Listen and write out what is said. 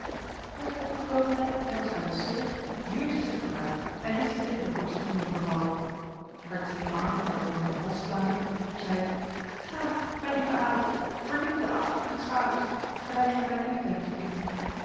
met opgetogenheid en als uitzinnig wierp zij zich vooruit en liet zich tegen de borst van de jonker vallen haar twee armen dan om zijn hals slaande riep zij ga mijn lieve adolf verdien de achting mijns vaders gelijk gij mijn liefde hebt verdiend